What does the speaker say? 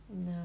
No